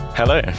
Hello